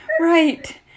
Right